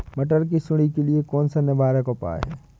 मटर की सुंडी के लिए कौन सा निवारक उपाय है?